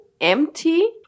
empty